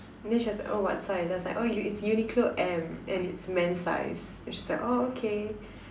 then she was like oh what size I was like oh its Uniqlo M and its man size then she's like oh okay